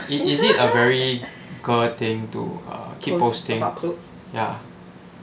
is is it a very girl thing to err keep posting ya